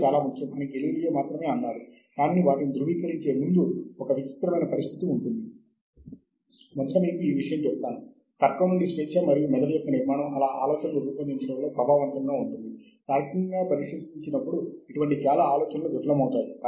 ఈ సంఖ్య ప్రాథమికంగా ఆయా వ్యాసాలను ఇతర శాస్త్రవేత్తలు చదవడం మరియు ఉపయోగించడం ఎంత తరచుగా చేయబడుతున్నాయో మీకు తెలియజేస్తుంది